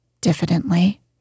diffidently